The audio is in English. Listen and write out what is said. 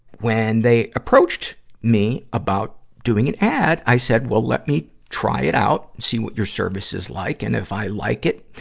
when they approached me about doing an ad, i said, well, let me try it out and see what your service is like. and if i like it,